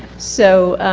so,